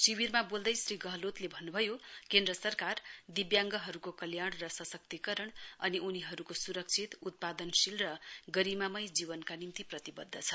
शिविरमा बोल्दै श्री गहलोतले भन्नुभयो केन्द्र सरकार दिब्याङ्गहरूको कल्याण र सशक्तीकरण अनि उनीहरूको सुरक्षित उपदान शील र गरिमामय जीवनका निम्ति प्रतिवद्ध छ